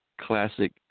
classic